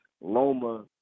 loma